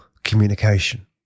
Communication